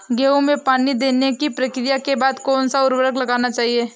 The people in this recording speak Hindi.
गेहूँ में पानी देने की प्रक्रिया के बाद कौन सा उर्वरक लगाना चाहिए?